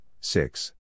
six